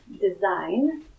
design